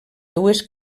dues